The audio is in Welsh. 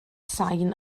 sain